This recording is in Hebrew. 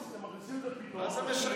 ואף אחד לא ראוי, רק אתה ראוי.